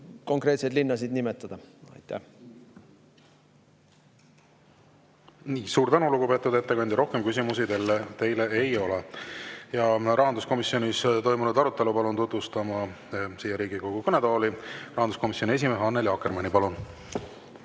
konkreetseid linnasid nimetada. Suur tänu, lugupeetud ettekandja! Rohkem küsimusi teile ei ole. Rahanduskomisjonis toimunud arutelu palun tutvustama siia Riigikogu kõnetooli rahanduskomisjoni esimehe Annely Akkermanni. Palun!